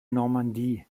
normandie